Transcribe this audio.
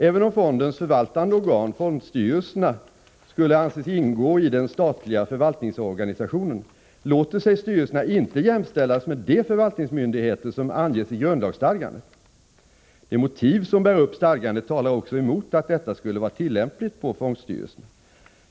Även om fondens förvaltande organ, fondstyrelserna, skulle anses ingå i den statliga förvaltningsorganisationen, låter sig styrelserna inte jämställas med de förvaltningsmyndigheter som anges i grundlagsstadgandet. De motiv som bär upp stadgandet talar också emot att detta skulle vara tillämpligt på fondstyrelserna.